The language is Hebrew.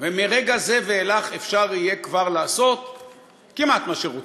ומרגע זה ואילך אפשר יהיה כבר לעשות כמעט מה שרוצים.